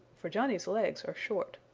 for johnny's legs are short.